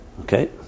okay